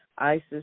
Isis